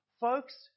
Folks